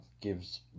gives